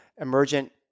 emergent